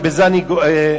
ובזה אני מסיים.